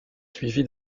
suivi